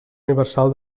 universal